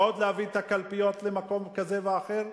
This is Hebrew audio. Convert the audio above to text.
ועוד להביא את הקלפיות למקום כזה ואחר.